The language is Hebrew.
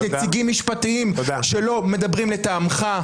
נציגים משפטיים שלא מדברים לטעמך.